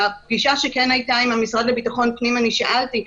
בפגישה שכן הייתה עם המשרד לביטחון פנים שאלתי,